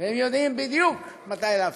והם יודעים בדיוק מתי להפעיל,